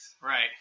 right